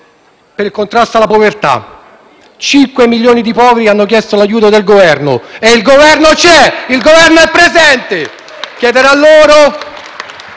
per il contrasto alla povertà: 5 milioni di poveri hanno chiesto l'aiuto del Governo e il Governo c'è, il Governo è presente!